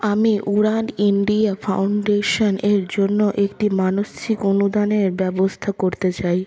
আমি Udaan India Foundation এর জন্য একটি মানসিক অনুদানের ব্যবস্থা করতে চাই